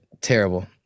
terrible